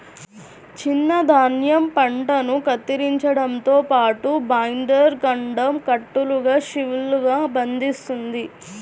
చిన్న ధాన్యం పంటను కత్తిరించడంతో పాటు, బైండర్ కాండం కట్టలుగా షీవ్లుగా బంధిస్తుంది